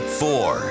four